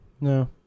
No